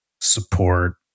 support